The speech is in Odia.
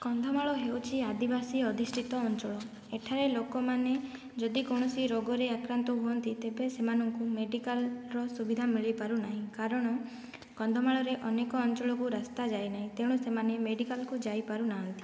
କନ୍ଧମାଳ ହେଉଛି ଆଦିବାସୀ ଅଧିଷ୍ଠିତ ଅଞ୍ଚଳ ଏଠାରେ ଲୋକମାନେ ଯଦି କୌଣସି ରୋଗରେ ଆକ୍ରାନ୍ତ ହୁଅନ୍ତି ତେବେ ସେମାନଙ୍କୁ ମେଡିକାଲର ସୁବିଧା ମିଳିପାରୁ ନାହିଁ କାରଣ କନ୍ଧମାଳରେ ଅନେକ ଅଞ୍ଚଳକୁ ରାସ୍ତା ଯାଇ ନାହିଁ ତେଣୁ ସେମାନେ ମେଡିକାଲକୁ ଯାଇପାରୁ ନାହାନ୍ତି